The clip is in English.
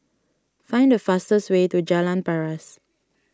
find the fastest way to Jalan Paras